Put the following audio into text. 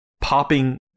popping